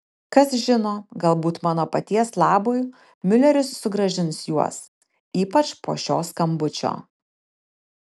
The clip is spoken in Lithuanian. kas žino galbūt mano paties labui miuleris sugrąžins juos ypač po šio skambučio